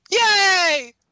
Yay